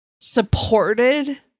supported